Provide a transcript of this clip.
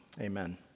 Amen